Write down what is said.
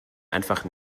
einfach